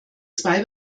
zwei